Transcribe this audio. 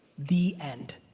the end.